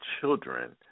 children